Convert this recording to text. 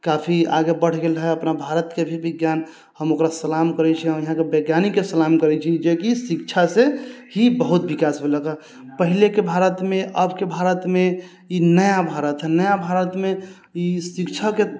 काफी आगे बढ़ि गेल हय अपना भारतके भी विज्ञान ओकरा सलाम करै छी हम यहाँ के वैज्ञानिकके सलाम करै छी जेकि शिक्षा से ही बहुत बिकास भेलक हँ पहिले के भारतमे अब के भारतमे ई नया भारत हय नया भारतमे ई शिक्षाके